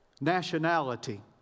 nationality